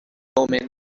omen